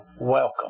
welcome